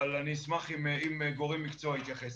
אבל אני אשמח אם גורם מקצוע יתייחס.